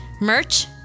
merch